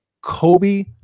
Kobe